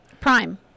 Prime